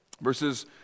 verses